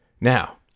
Now